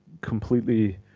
completely